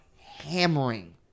hammering